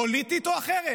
פוליטית או אחרת".